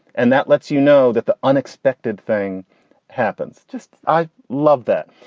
and that lets you know that the unexpected thing happens. just i love that.